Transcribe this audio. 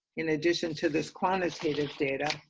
in addition to this quantitative data,